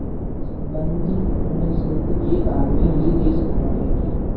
संबंद्ध ऋण सिर्फ एक आदमी ही दे सकता है क्या?